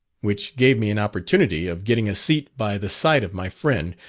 which gave me an opportunity of getting a seat by the side of my friend,